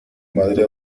madre